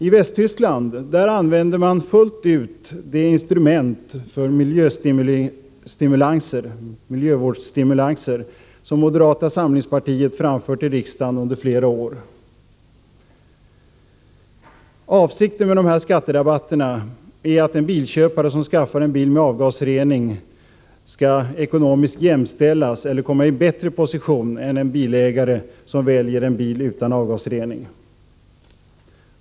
I Västtyskland använder man fullt ut det instrument för miljövårdsstimulanser som moderata samlingspartiet under flera år föreslagit i riksdagen. Avsikten med skatterabatterna är att en bilköpare som skaffar en bil med avgasrening skall ekonomiskt jämställas med eller komma i bättre position än en bilköpare som väljer en bil utan avgasrening.